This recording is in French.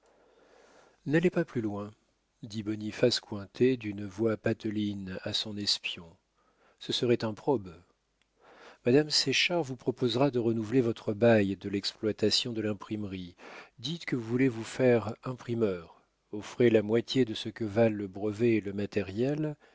n'allez pas plus loin dit boniface cointet d'une voix pateline à son espion ce serait improbe madame séchard vous proposera de renouveler votre bail de l'exploitation de l'imprimerie dites que vous voulez vous faire imprimeur offrez la moitié de ce que valent le brevet et le matériel